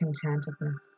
contentedness